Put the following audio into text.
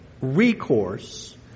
recourse